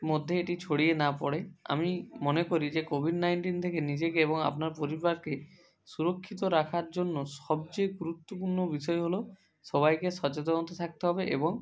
মধ্যে এটি ছড়িয়ে না পড়ে আমি মনে করি যে কোভিড নাইনটিন থেকে নিজেকে এবং আপনার পরিবারকে সুরক্ষিত রাখার জন্য সবচেয়ে গুরুত্বপূর্ণ বিষয় হলো সবাইকে সচেতন হতে থাকতে হবে এবং